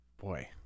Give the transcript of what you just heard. boy